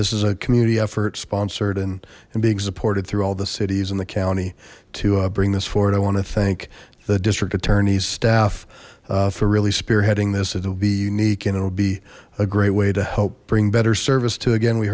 this is a community effort sponsored and being supported through all the cities in the county to bring this forward i want to thank the district attorney's staff for really spearheading this it'll be unique and it'll be a great way to help bring better service to again we